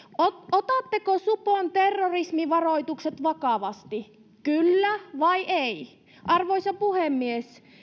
otatteko supon terrorismivaroitukset vakavasti kyllä vai ei arvoisa puhemies